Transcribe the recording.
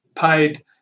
paid